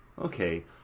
Okay